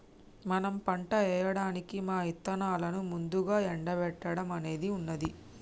మనం పంట ఏయడానికి మా ఇత్తనాలను ముందుగా ఎండబెట్టడం అనేది ఉన్నది